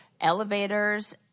elevators